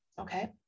Okay